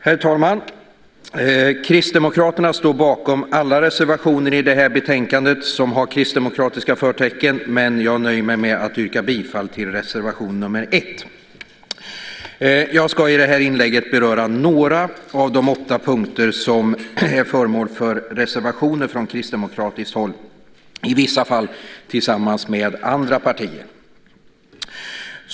Herr talman! Kristdemokraterna står bakom alla reservationer med kristdemokratiska förtecken, men jag nöjer mig med att yrka bifall till reservation 1. Jag ska i det här inlägget beröra några av de åtta punkter som är föremål för reservationer från kristdemokratiskt håll, i vissa fall tillsammans med andra partier.